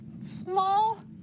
small